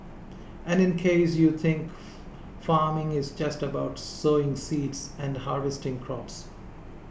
and in case you think farming is just about sowing seeds and harvesting crops